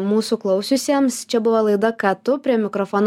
mūsų klausiusiems čia buvo laida ką tu prie mikrofono